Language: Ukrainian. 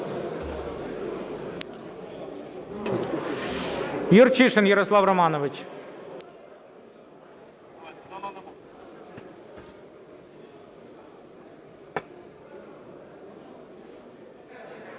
Юрчишин Ярослав Романович.